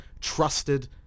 trusted